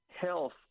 health